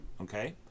okay